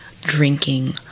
drinking